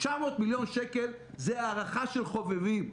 900 מיליון שקל זה הערכה של חובבים.